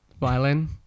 Violin